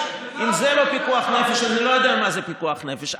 אם זה לא פיקוח נפש אני לא יודע מה זה פיקוח נפש.